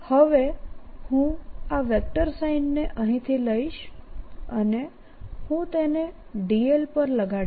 હવે હું આ વેક્ટર સાઇનને અહી થી લઇશ અને હું તેને dl પર લગાડીશ